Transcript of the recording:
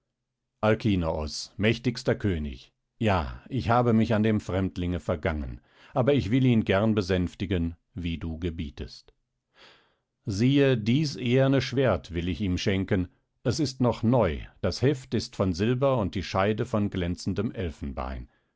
alkinoos mächtigster könig ja ich habe mich an dem fremdlinge vergangen aber ich will ihn gern besänftigen wie du gebietest siehe dies eherne schwert will ich ihm schenken es ist noch neu das heft ist von silber und die scheide von glänzendem